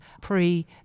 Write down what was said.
pre